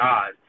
God